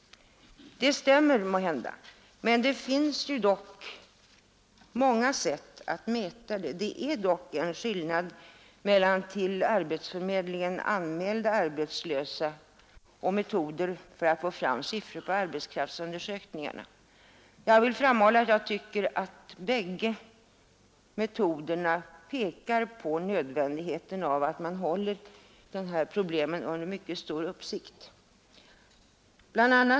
Det stämmer måhända, men det finns dock många sätt att mäta det. Det är emellertid en skillnad mellan till arbetsförmedlingen anmälda arbetlösa och de siffror som man fått fram genom metoderna för arbetskraftsundersökningarna. Jag tycker att båda metoderna pekar på nödvändigheten av att man håller dessa problem under sträng uppsikt.